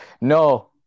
no